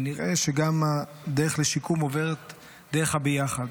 ונראה שגם הדרך לשיקום עוברת דרך הביחד.